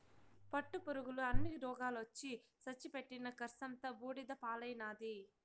పట్టుపురుగుల అన్ని రోగాలొచ్చి సచ్చి పెట్టిన కర్సంతా బూడిద పాలైనాది